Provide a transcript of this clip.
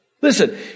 Listen